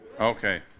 Okay